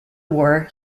war